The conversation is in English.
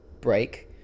break